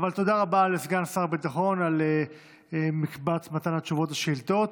תודה רבה לסגן שר הביטחון על מקבץ מתן התשובות לשאילתות.